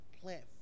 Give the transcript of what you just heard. plant